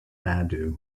nadu